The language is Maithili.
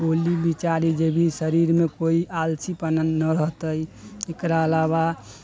बोली बिचारी जे भी शरीरमे कोइ आलसीपना नहि रहतै एकरा अलावा